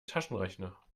taschenrechner